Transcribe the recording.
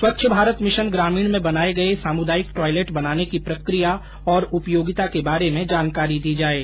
स्वच्छ भारत मिशनग्रामीण में बनाए गए सामुदायिक टॉयलेट बनाने की प्रक्रिया और उपयोगिता के बारे में जानकारी दी जाये